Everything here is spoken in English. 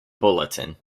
bulletin